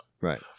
Right